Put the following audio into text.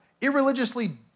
irreligiously